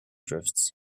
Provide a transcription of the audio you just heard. drifts